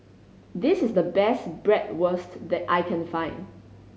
this is the best Bratwurst that I can find